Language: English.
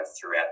throughout